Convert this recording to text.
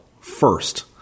First